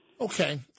Okay